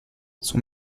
son